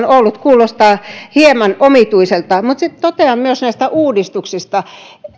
ollut kuulostaa hieman omituiselta mutta sitten totean myös näistä uudistuksista